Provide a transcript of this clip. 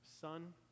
Son